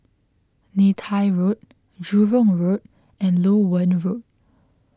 Neythai Road Jurong Road and Loewen Road